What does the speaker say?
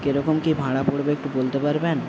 কি রকম কি ভাড়া পরবে একটু বলতে পারবেন